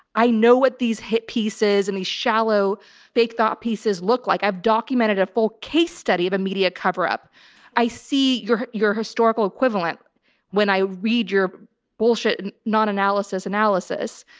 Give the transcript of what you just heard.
i know what these hit pieces and these shallow fake thought pieces look like. i've documented a full case study of a media coverup. i see your, your historical equivalent when i read your bullshit, and non-analysis analysis.